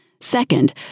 Second